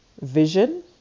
vision